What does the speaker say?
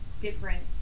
different